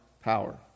power